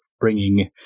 bringing